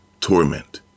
torment